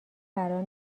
قرار